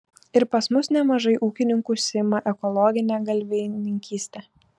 ir pas mus nemažai ūkininkų užsiima ekologine galvijininkyste